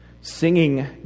Singing